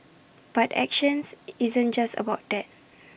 but action isn't just about that